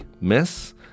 miss